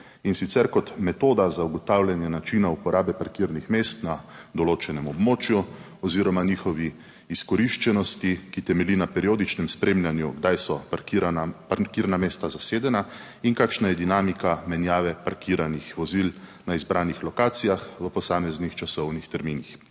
in sicer kot metoda za ugotavljanje načina uporabe parkirnih mest na določenem območju oziroma njihovi izkoriščenosti, ki temelji na periodičnem spremljanju, kdaj so parkirana, parkirna mesta zasedena in kakšna je dinamika menjave parkiranih vozil na izbranih lokacijah v posameznih časovnih terminih.